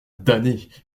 damnée